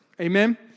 Amen